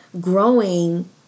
growing